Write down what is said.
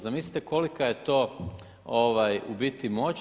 Zamislite kolika je to u biti moć.